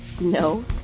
No